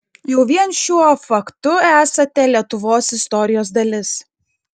jau vien šiuo faktu esate lietuvos istorijos dalis